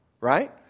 right